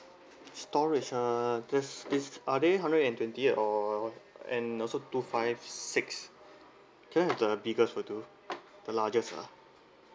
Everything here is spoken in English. stage uh just just are they hundred and twenty or and also two five six can I have the biggest would do the largest ah